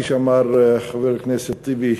כפי שאמר חבר הכנסת טיבי,